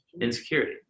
insecurity